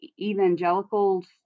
evangelicals